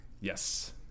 Yes